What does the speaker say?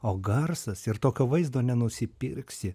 o garsas ir tokio vaizdo nenusipirksi